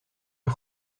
een